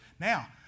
Now